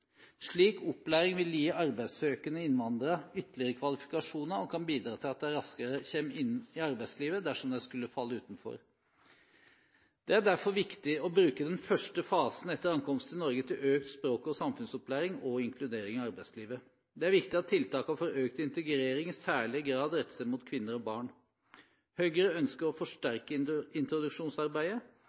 Slik opplæring vil gi arbeidssøkende innvandrere ytterligere kvalifikasjoner og kan bidra til at de raskere kommer inn i arbeidslivet, dersom de skulle falle utenfor. Det er derfor viktig å bruke den første fasen etter ankomst til Norge til økt språk- og samfunnsopplæring og inkludering i arbeidslivet. Det er viktig at tiltakene for økt integrering i særlig grad retter seg mot kvinner og barn. Høyre ønsker å forsterke introduksjonsarbeidet.